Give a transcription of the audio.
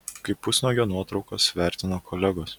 kaip pusnuogio nuotraukas vertina kolegos